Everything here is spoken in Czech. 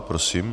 Prosím.